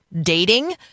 dating